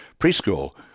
preschool